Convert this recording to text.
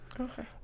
Okay